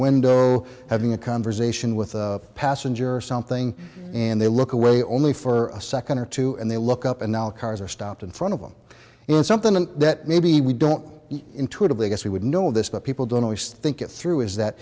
window having a conversation with a passenger or something and they look away only for a second or two and they look up and cars are stopped in front of them in something that maybe we don't intuitively guess who would know this but people don't always think it through is that